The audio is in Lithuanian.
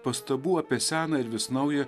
pastabų apie seną ir vis naują